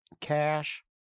cash